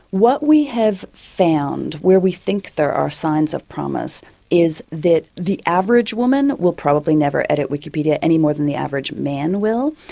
what we have found where we think there are signs of promise is that the average woman will probably never edit wikipedia any more than the average man will,